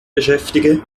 beschäftige